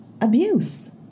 abuse